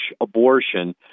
abortion